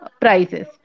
prices